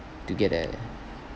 to get the